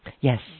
Yes